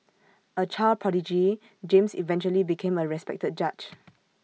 A child prodigy James eventually became A respected judge